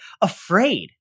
afraid